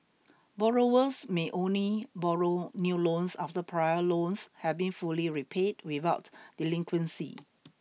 borrowers may only borrow new loans after prior loans have been fully repaid without delinquency